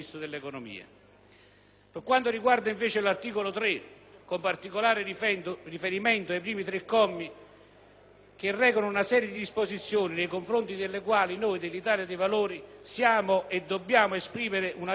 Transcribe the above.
Per quanto riguarda invece l'articolo 3, con particolare riferimento ai primi tre commi, esso reca una serie di disposizioni nei confronti delle quali noi dell'Italia dei Valori esprimiamo e dobbiamo esprimere una viva contrarietà,